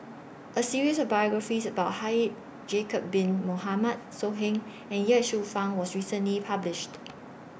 A series of biographies about Haji Bin Mohamed So Heng and Ye Shufang was recently published